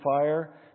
fire